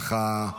הינה,